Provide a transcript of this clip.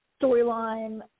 storyline